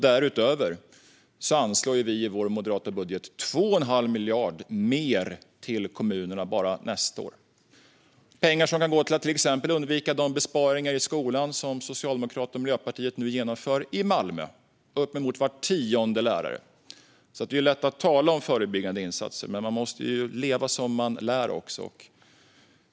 Därutöver anslår vi i vår moderata budget 2 1⁄2 miljard mer till kommunerna bara nästa år. Det är pengar som kan gå till exempel till att undvika de besparingar på skolan som Socialdemokraterna och Miljöpartiet nu genomför i Malmö - uppemot var tionde lärare. Det är lätt att tala om förebyggande insatser, men man måste också leva som man lär.